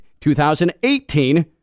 2018